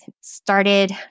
started